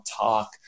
talk